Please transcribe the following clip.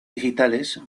digitales